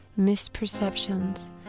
misperceptions